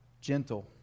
gentle